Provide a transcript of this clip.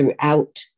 throughout